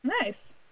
Nice